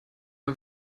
mal